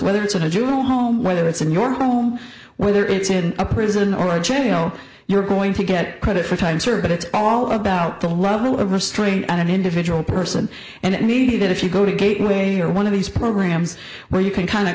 whether it's a jewel home whether it's in your home whether it's in a prison or jail you're going to get credit for time served but it's all about the level of restraint on an individual person and needed if you go to a gateway or one of these programs well you can kind of